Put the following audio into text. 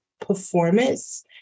performance